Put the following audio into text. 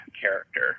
character